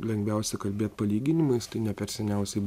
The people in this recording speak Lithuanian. lengviausia kalbėt palyginimais tai ne per seniausiai